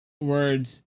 words